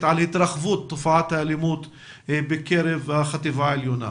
על התרחבות תופעת האלימות בקרב החטיבה העליונה.